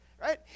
right